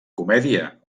comèdia